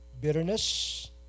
bitterness